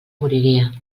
moriria